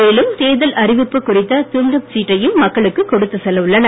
மேலும் தேர்தல் அறிவிப்பு குறித்த துண்டுச் சீட்டையும் மக்களுக்கு கொடுத்துச் செல்ல உள்ளனர்